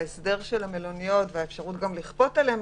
ההסדר של המלוניות והאפשרות לכפות עליהם